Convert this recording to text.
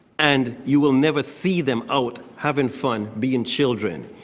and you will never see them out having fun being children.